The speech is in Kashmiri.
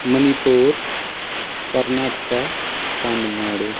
منی پوٗر کرناٹکہ تامِل ناڈوٗ